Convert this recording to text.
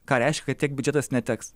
ką reiškia kad tiek biudžetas neteks